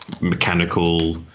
mechanical